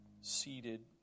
seated